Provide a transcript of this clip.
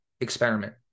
experiment